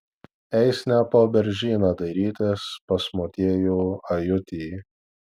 eis ne po beržyną dairytis pas motiejų ajutį